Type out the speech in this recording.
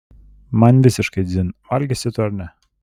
man visiškai dzin valgysi tu ar ne